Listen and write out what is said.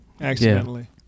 Accidentally